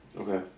Okay